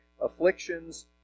afflictions